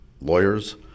lawyers